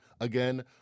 again